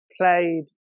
played